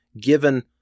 given